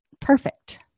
perfect